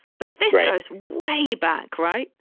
but this goes way back, right?